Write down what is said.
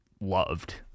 loved